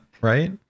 right